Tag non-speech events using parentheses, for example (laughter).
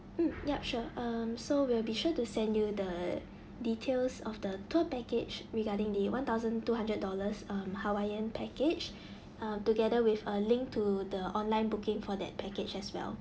mm yup sure um so we'll be sure to send you the details of the tour package regarding the one thousand two hundred dollars um hawaiian package (breath) uh together with a link to the online booking for that package as well